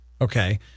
Okay